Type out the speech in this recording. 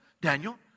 Daniel